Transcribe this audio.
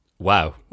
Wow